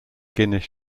guinness